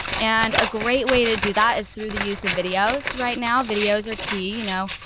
and a great way to do that is through the use of videos. right now. videos are key. you know,